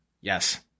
Yes